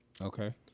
Okay